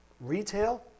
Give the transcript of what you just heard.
retail